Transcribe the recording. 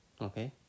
Okay